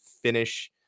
finish